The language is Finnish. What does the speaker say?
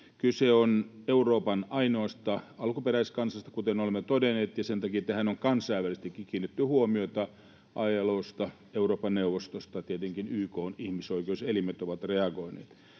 Kyse on Euroopan ainoasta alkuperäiskansasta, kuten olemme todenneet, ja sen takia tähän on kansainvälisestikin kiinnitetty huomiota ILO:sta ja Euroopan neuvostosta, ja tietenkin YK:n ihmisoikeuselimet ovat reagoineet.